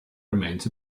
remains